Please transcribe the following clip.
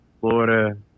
Florida